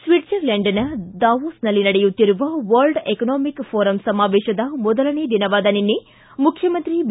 ಸ್ವಿಟ್ಜರ್ಲೆಂಡಿನ ದಾವೊಸ್ನಲ್ಲಿ ನಡೆಯುತ್ತಿರುವ world economic forum ಸಮಾವೇಶದ ಮೊದಲನೇ ದಿನವಾದ ನಿನ್ನೆ ಮುಖ್ಯಮಂತ್ರಿ ಬಿ